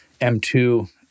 M2